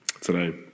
today